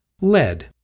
lead